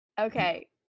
okay